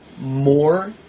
more